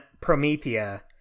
Promethea